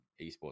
esports